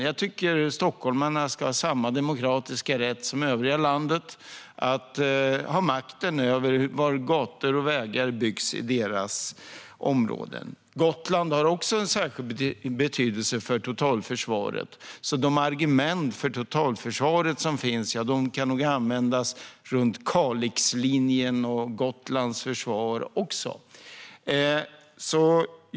Jag tycker att stockholmarna ska ha samma demokratiska rätt som övriga landet till makten över var gator och vägar byggs i deras områden. Gotland har också en särskilt betydelse för totalförsvaret, så de argument för totalförsvaret som finns kan nog användas runt Kalixlinjen lika väl som för Gotlands försvar.